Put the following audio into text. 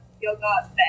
yoga